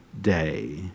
day